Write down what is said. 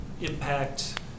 impact